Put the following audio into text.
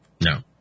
No